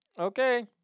Okay